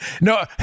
No